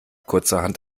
kurzerhand